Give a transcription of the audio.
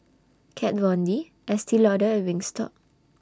Kat Von D Estee Lauder and Wingstop